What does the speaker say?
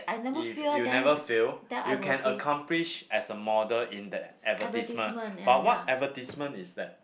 if you never fail you can accomplish as a model in that advertisement but what advertisement is that